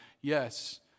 yes